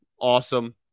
awesome